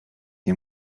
nie